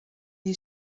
est